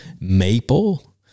maple